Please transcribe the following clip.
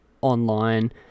online